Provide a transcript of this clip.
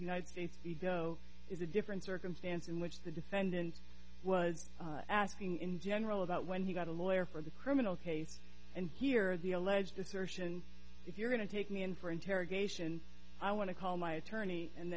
case united states ego is a different circumstance in which the defendant was asking in general about when he got a lawyer for the criminal case and here are the alleged assertions if you're going to take me in for interrogation i want to call my attorney and